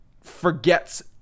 forgets